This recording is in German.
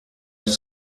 high